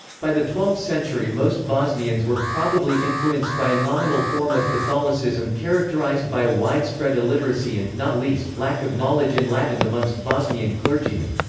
by the twelfth century most bosnians were probably influenced by a nominal form of catholicism characterized by a widespread illiteracy and, not least, lack of knowledge in latin amongst bosnian clergymen.